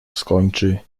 skończy